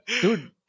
dude